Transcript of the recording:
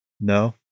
No